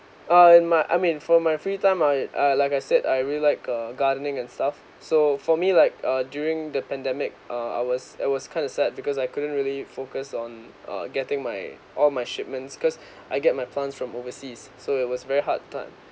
uh in my I mean for my free time I uh like I said I really like a gardening and stuff so for me like uh during the pandemic uh I was I was kind of sad because I couldn't really focus on uh getting my all my shipments cause I get my plants from overseas so it was very hard time